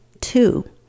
Two